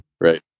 Right